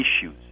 issues